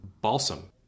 balsam